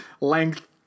length